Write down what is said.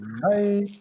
Bye